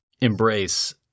embrace